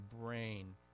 brain